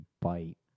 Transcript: bite